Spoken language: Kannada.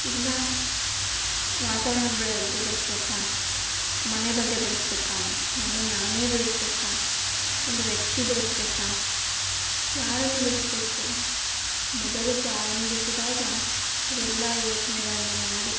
ಇಲ್ಲ ವಾತಾವರ್ಣದ ಬಗ್ಗೆ ಬಿಡಿಸ್ಬೇಕಾ ಮನೆ ಬಗ್ಗೆ ಬಿಡಿಸ್ಬೇಕಾ ನನ್ನನ್ನು ನಾನೇ ಬಿಡಿಸ್ಬೇಕಾ ಒಂದು ವ್ಯಕ್ತಿ ಬಿಡಿಸ್ಬೇಕಾ ಯಾರನ್ನು ಬಿಡಿಸ್ಬೇಕು ಮೊದಲು ಪ್ರಾರಂಭಿಸಿದಾಗ ಇವೆಲ್ಲ ಯೋಚನೆಗಳನ್ನು ಮಾಡಿ